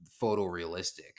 photorealistic